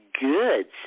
Goods